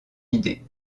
idée